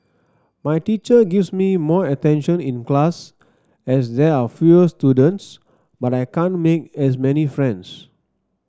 my teacher gives me more attention in class as there are fewer students but I can't make as many friends